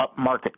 upmarket